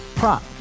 Prop